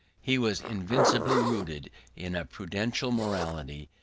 he was invincibly rooted in a prudential morality,